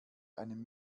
einem